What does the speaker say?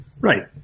Right